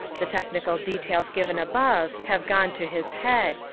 the technical details given above have gone to his head.